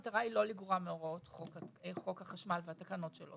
המטרה היא לא לגרוע מהוראות חוק החשמל והתקנות שלו.